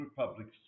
Republic's